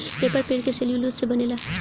paper पेड़ के cellulose से बनेला